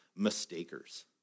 mistakers